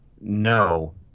no